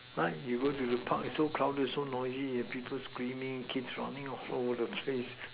why you go to the Park it's so crowded it's so noisy people screaming kids running all over the place